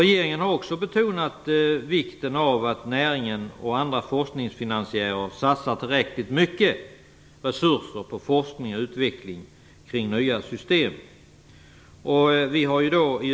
Regeringen har också betonat vikten av att näringen och andra forskningsfinansiärer satsar tillräckligt mycket resurser på forskning och utveckling kring nya system.